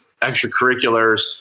extracurriculars